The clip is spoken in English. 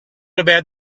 about